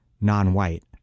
non-white